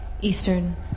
Eastern